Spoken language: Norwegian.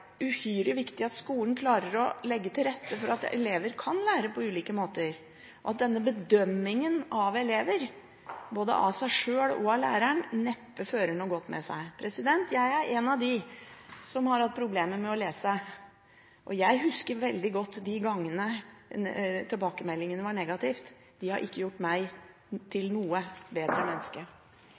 uhyre viktig at skolen klarer å legge til rette for at elever kan lære på ulike måter. Denne bedømmingen av elever, bedømt både av seg sjøl og av læreren, fører neppe noe godt med seg. Jeg er en av dem som har hatt problemer med å lese, og jeg husker veldig godt de gangene tilbakemeldingene var negative. De har ikke gjort meg til noe bedre